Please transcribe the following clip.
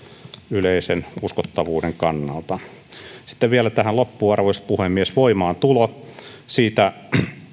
yleisen uskottavuuden kannalta sitten vielä tähän loppuun arvoisa puhemies voimaantulo siitä